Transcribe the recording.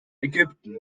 ägypten